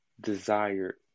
desired